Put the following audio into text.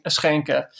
schenken